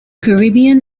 caribbean